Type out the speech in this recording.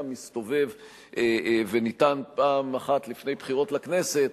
מסתובב וניתן פעם אחת לפני בחירות לכנסת,